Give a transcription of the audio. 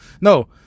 no